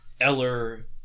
Eller